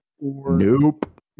Nope